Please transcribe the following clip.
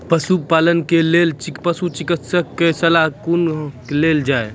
पशुपालन के लेल पशुचिकित्शक कऽ सलाह कुना लेल जाय?